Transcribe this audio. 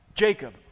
Jacob